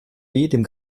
dem